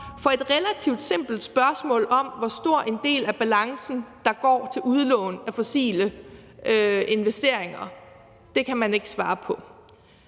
For et relativt simpelt spørgsmål om, hvor stor en del af balancen der går til udlån til fossile investeringer, kan man ikke svare på.